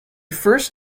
first